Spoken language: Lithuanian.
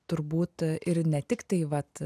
turbūt ir ne tiktai vat